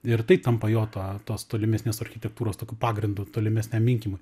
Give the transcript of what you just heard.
ir tai tampa jo ta tos tolimesnės architektūros tokiu pagrindu tolimesniam minkymui